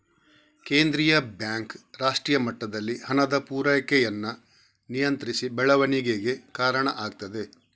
ಕೇಂದ್ರೀಯ ಬ್ಯಾಂಕ್ ರಾಷ್ಟ್ರೀಯ ಮಟ್ಟದಲ್ಲಿ ಹಣದ ಪೂರೈಕೆಯನ್ನ ನಿಯಂತ್ರಿಸಿ ಬೆಳವಣಿಗೆಗೆ ಕಾರಣ ಆಗ್ತದೆ